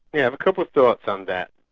yeah have a couple of thoughts on that.